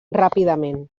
ràpidament